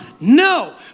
No